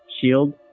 shield